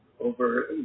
over